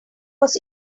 was